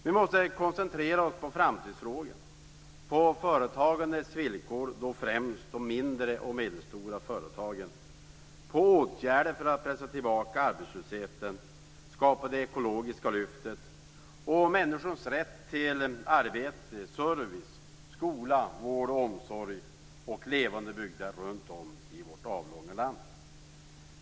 Vi måste koncentrera oss på framtidsfrågorna, på företagandets villkor främst för de mindre och medelstora företagen, på åtgärden för att pressa tillbaka arbetslösheten, på att skapa det ekologiska lyftet och på människors rätt till arbete, service, skola, vård, omsorg och levande bygder runt om i vårt avlånga land.